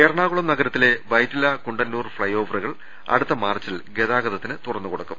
എറണാകുളം നഗരത്തിലെ വൈറ്റില കുണ്ടന്നൂർ ഫ്ളൈഓവറു കൾ അടുത്ത മാർച്ചിൽ ഗതാഗതത്തിന് തുറന്നു കൊടുക്കും